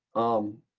um,